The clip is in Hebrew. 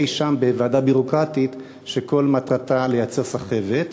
אי-שם בוועדה ביורוקרטית שכל מטרתה לייצר סחבת.